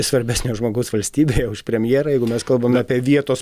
svarbesnio žmogaus valstybėje už premjerą jeigu mes kalbame apie vietos